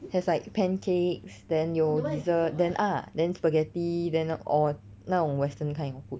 has like pancakes then 有 dessert then ah then spaghetti then or 那种 western kind of food